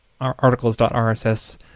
.articles.rss